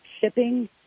shipping